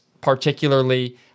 particularly